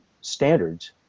standards